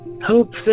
Hope